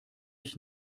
ich